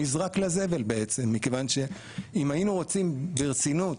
נזרק לזבל בעצם מכיוון שאם היינו רוצים ברצינות